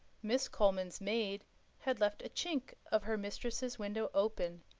miss coleman's maid had left a chink of her mistress's window open,